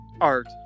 art